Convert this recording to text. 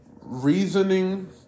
reasoning